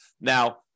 Now